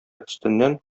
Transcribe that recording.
өстеннән